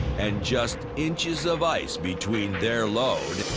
and just inches of ice between their load.